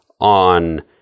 on